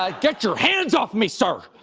ah get your hands off me, sir!